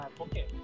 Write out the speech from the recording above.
Okay